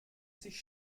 sich